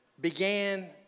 began